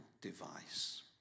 device